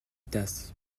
tasse